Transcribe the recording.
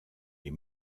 les